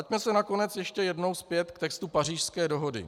Vraťme se nakonec ještě jednou zpět k textu Pařížské dohody.